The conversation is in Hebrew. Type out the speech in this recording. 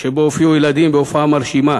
שבו הופיעו ילדים בעלי לקות ראייה בהופעה מרשימה,